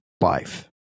life